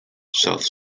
south